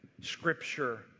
Scripture